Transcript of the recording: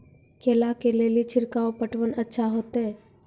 केला के ले ली छिड़काव पटवन अच्छा होते?